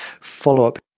follow-up